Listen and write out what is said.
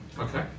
Okay